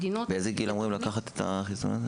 --- באיזה גיל אמורים לקחת את החיסון הזה?